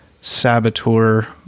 saboteur